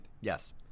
Yes